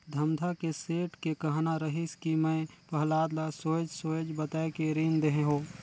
धमधा के सेठ के कहना रहिस कि मैं पहलाद ल सोएझ सोएझ बताये के रीन देहे हो